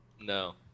No